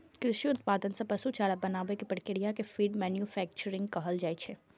कृषि उत्पाद सं पशु चारा बनाबै के प्रक्रिया कें फीड मैन्यूफैक्चरिंग कहल जाइ छै